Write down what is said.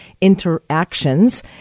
interactions